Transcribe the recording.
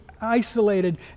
isolated